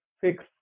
fix